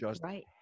right